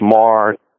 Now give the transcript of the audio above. smart